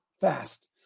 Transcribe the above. fast